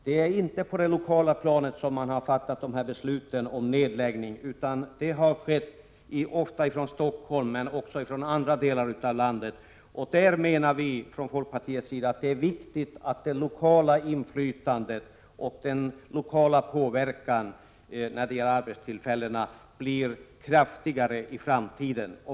Det är inte på det lokala planet som man har fattat besluten om nedläggning — det har skett från Stockholm men också från andra delar av landet. Vi menar från folkpartiets sida att det är viktigt att det lokala inflytandet när det gäller arbetstillfällena blir kraftigare i framtiden.